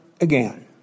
again